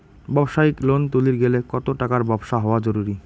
ব্যবসায়িক লোন তুলির গেলে কতো টাকার ব্যবসা হওয়া জরুরি?